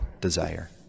desire